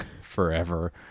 forever